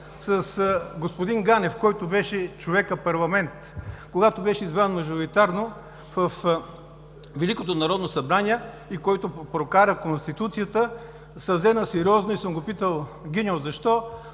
с господин Ганев, който беше човекът-парламент. Когато беше избран мажоритарно във Великото народно събрание и който прокара Конституцията, се взе на сериозно, и съм го питал: „Гиньо, защо